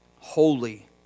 holy